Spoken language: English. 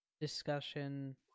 discussion